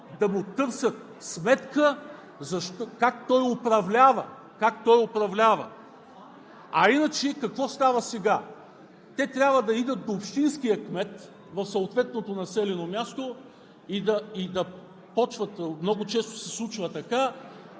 да му търсят сметка как управлява. А иначе, какво става сега? Те трябва да отидат до общинския кмет в съответното населено място – много често се случва така